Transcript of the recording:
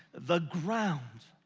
the ground.